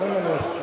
אדוני השר,